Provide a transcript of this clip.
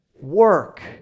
work